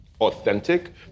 authentic